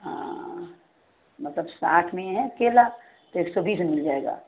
हाँ मतलब साठ में है एक केला तो एक सौ बीस में मिल जाएगा